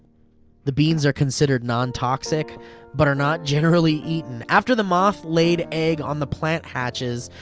the beans are considered non-toxic but are not generally eaten. after the moth-laid egg on the plant hatches,